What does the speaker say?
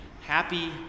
Happy